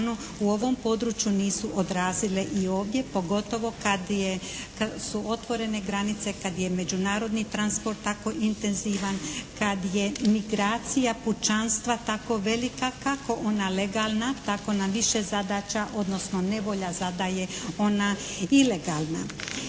u ovom području nisu odrazile i ovdje pogotovo kad su otvorene granice, kad je međunarodni transport tako intenzivan, kad je migracija pučanstva tako velika kako ona legalna, tako nam više zadaća odnosno nevolja zadaje ona ilegalna.